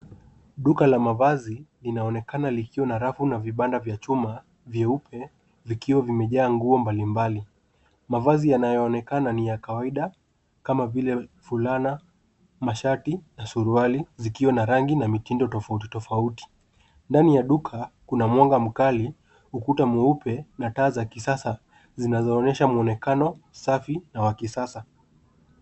Duka la mavazi linaonekana likiwa na rafu na vibanda vya chuma vyeupe vikiwa vimejaa nguo mbalimbali. Mavazi yanayoonekana ni ya kawaida kama vile fulana, mashati na suruali zikiwa na rangi na mitindo tofauti tofauti. Ndani ya duka kuna mwanga mkali, ukuta mweupe na taa za kisasa zinazoonyesha mwonekano safi na wa kisasa.